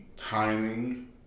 Timing